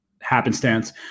happenstance